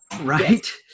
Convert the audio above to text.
Right